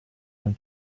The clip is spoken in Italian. non